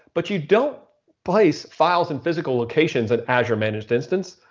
but you don't place files and physical locations in azure managed instance.